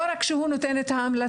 הוא לא רק נותן המלצה.